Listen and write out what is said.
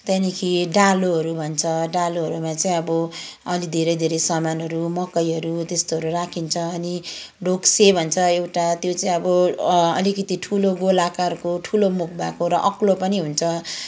त्यहाँदेखि डालोहरू भन्छ डालोमा चाहिँ अब अलि धेरै धेरै सामानहरू मकैहरू त्यस्तोहरू राखिन्छ अनि ढोक्से भन्छ एउटा त्यो चाहिँ अब अलिकति ठुलो गोला आकारको ठुलो मुख भएको र अग्लो पनि हुन्छ